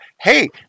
Hey